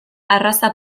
arraza